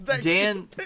Dan